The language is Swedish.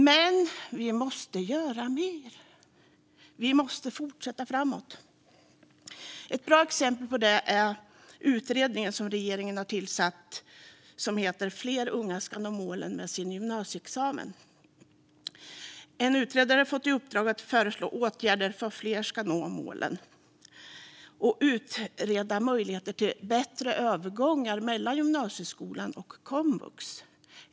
Men vi måste göra mer. Vi måste fortsätta framåt. Ett bra exempel är den utredning som regeringen tillsatt - Fler unga ska nå målen med sin gymnasieutbildning . En utredare har fått i uppdrag att föreslå åtgärder för att fler ska nå målen samt att utreda möjligheterna till bättre övergångar mellan gymnasieskola och komvux.